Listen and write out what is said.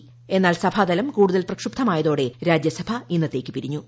് എന്നാൽ സഭാതലം കൂടുതൽ പ്രക്ഷുബ്ധമായതോടെ രാജ്യസഭ ഇന്നത്തേയ്ക്ക് പിരിഞ്ഞു